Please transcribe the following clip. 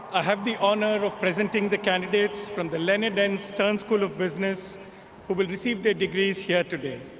i have the honor of presenting the candidates from the leonard n. stern school of business who will receive their degrees here today.